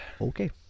Okay